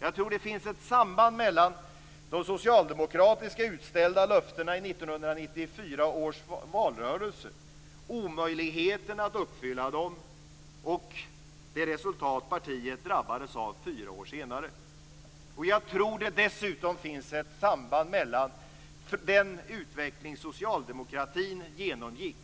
Jag tror att det finns ett samband mellan de socialdemokratiska utställda löftena i 1994 års valrörelse, omöjligheterna att uppfylla dem och det resultat som partiet drabbades av fyra år senare. Och jag tror att det dessutom finns ett samband mellan den utveckling som socialdemokratin genomgick